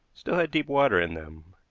still had deep water in them.